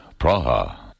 Praha